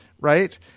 right